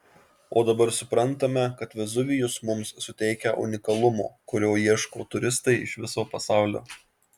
o dabar suprantame kad vezuvijus mums suteikia unikalumo kurio ieško turistai iš viso pasaulio